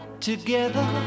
together